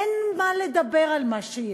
אין מה לדבר על מה שיש.